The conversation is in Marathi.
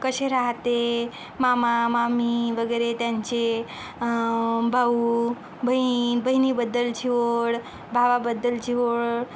कसे राहते मामा मामी वगैरे त्यांचे भाऊ बहीण बहिणीबद्दलची ओढ भावाबद्दलची ओढ